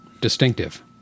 Distinctive